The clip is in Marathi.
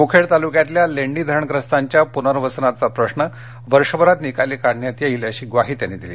मुखेड तालुक्यातल्या लेंडी धरणप्रस्तांच्या पुर्नवसनाचा प्रश्र वर्षभरात निकाली काढण्यात येईल अशी ग्वाही त्यांनी दिली